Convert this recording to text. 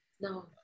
no